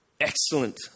Excellent